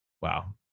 Wow